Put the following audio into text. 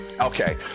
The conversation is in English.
Okay